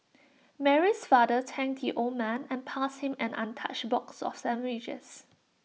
Mary's father thanked the old man and passed him an untouched box of sandwiches